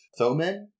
Thoman